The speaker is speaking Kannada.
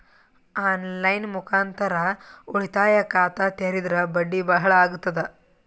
ಆನ್ ಲೈನ್ ಮುಖಾಂತರ ಉಳಿತಾಯ ಖಾತ ತೇರಿದ್ರ ಬಡ್ಡಿ ಬಹಳ ಅಗತದ?